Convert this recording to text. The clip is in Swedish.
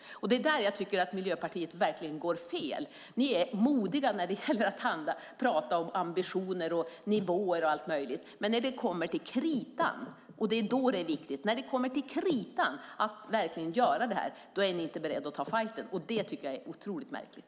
Det är där jag tycker att Miljöpartiet verkligen går fel. Ni är modiga när det gäller att prata om ambitioner, nivåer och allt möjligt, men när det kommer till kritan - och det är då det är viktigt - och vi verkligen ska göra det här är ni inte beredda att ta fajten. Det tycker jag är otroligt märkligt.